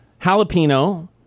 Jalapeno